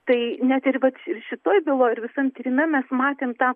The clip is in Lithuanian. tai net ir vat ir šitoje byloje ir visam tyrime mes matėm tą